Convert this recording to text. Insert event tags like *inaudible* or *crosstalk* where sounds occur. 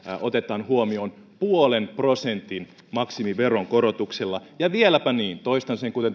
otetaan huomioon puolen prosentin maksimiveronkorotuksilla ja vieläpä niin toistan sen kuten *unintelligible*